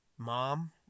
Mom